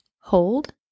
Hold